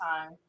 time